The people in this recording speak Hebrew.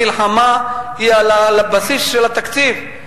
המלחמה היא על הבסיס של התקציב,